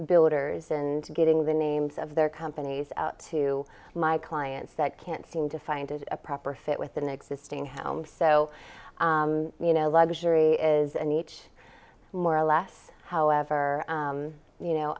builders and getting the names of their companies out to my clients that can't seem to find a proper fit with an existing home so you know luxury is in each more or less however you know